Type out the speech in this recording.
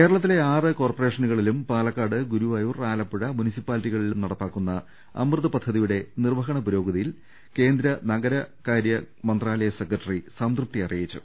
കേരളത്തിലെ ആറ് കോർപ്പറേഷനുകളിലും പാലക്കാട് ഗുരുവാ യൂർ ആലപ്പുഴ മുനിസിപ്പാലിറ്റികളിലും നടപ്പാക്കുന്ന് അമൃത് പദ്ധതി യുടെ നിർവ്വഹണ പുരോഗതിയിൽ ക്യേന്ദ്ര നഗർകാര്യമന്ത്രാലയ സെക്രട്ടറി സംതൃപ്തി അറിയിച്ചു